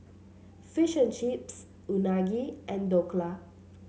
Fish and Chips Unagi and Dhokla